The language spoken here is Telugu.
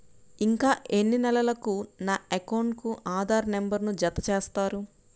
ఇంకా ఎన్ని నెలలక నా అకౌంట్కు ఆధార్ నంబర్ను జత చేస్తారు?